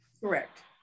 Correct